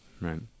right